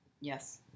Yes